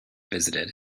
visited